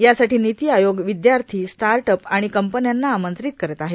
यासाठी नीती आयोग विद्यार्थी startup आणि कंपन्यांना आमंत्रित करत आहे